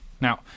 Now